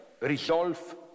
resolve